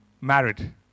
married